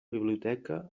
biblioteca